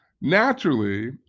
naturally